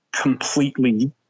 completely